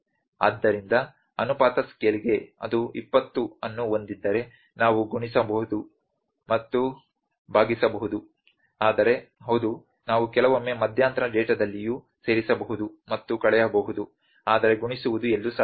ಆದ್ದರಿಂದ ಅನುಪಾತ ಸ್ಕೇಲ್ಗೆ ಅದು 20 ಅನ್ನು ಹೊಂದಿದ್ದರೆ ನಾವು ಗುಣಿಸಬಹುದು ಮತ್ತು ಭಾಗಿಸಬಹುದು ಆದರೆ ಹೌದು ನಾವು ಕೆಲವೊಮ್ಮೆ ಮಧ್ಯಂತರ ಡೇಟಾದಲ್ಲಿಯೂ ಸೇರಿಸಬಹುದು ಮತ್ತು ಕಳೆಯಬಹುದು ಆದರೆ ಗುಣಿಸುವುದು ಎಲ್ಲೂ ಸಾಧ್ಯವಿಲ್ಲ